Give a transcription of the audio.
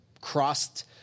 crossed